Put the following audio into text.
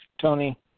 Tony